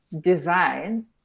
design